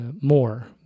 more